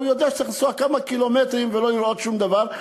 והוא יודע שהוא צריך לנסוע כמה קילומטרים ולא לראות שום דבר,